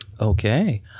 Okay